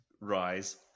rise